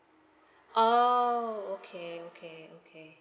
oh okay okay okay